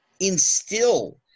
instill